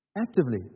Actively